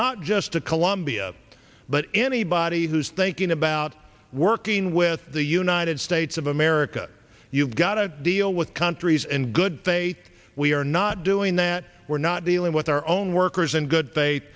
not just to colombia but anybody who's thinking about working with the united states of america you've got to deal with countries and good faith we are not doing that we're not dealing with our own workers in good faith